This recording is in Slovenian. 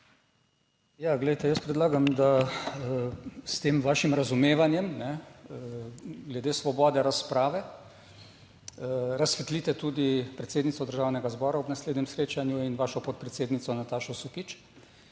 Ja, glejte, jaz predlagam, da s tem vašim razumevanjem glede Svobode razprave, razsvetlite tudi predsednico Državnega zbora ob naslednjem srečanju in vašo podpredsednico Natašo Sukič,